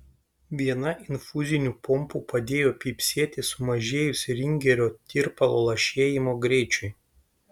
viena infuzinių pompų padėjo pypsėti sumažėjus ringerio tirpalo lašėjimo greičiui